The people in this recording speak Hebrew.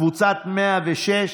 קבוצה 106,